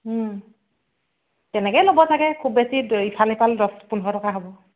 তেনেকেই ল'ব চাগে খুব বেছি ইফাল ইফাল দহ পোন্ধৰ টকা হ'ব